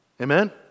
Amen